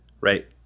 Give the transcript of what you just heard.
right